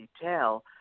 detail